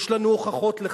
יש לנו הוכחות לכך.